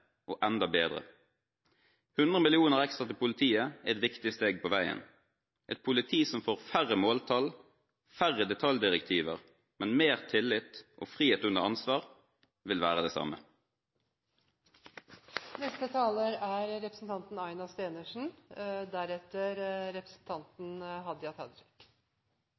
og enda bedre. 100 mill. kr ekstra til politiet er et viktig steg på veien. Et politi som får færre måltall, færre detaljdirektiver, men mer tillit og frihet under ansvar, vil være det samme. Det er